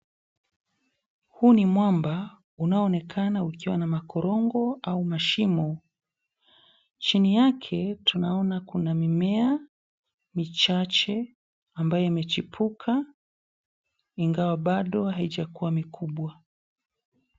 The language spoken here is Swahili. Huu ni mwamba unaonekana kuwa na makorongo au mashimo, chini yake tunaona kuna mimea michache ambayo imechipuka ingawa bado haijakuwa mikubwa.